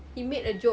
he made a joke